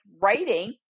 writing